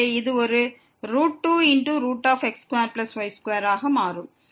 எனவே இது ஒரு 2x2y2 ஆக மாறும்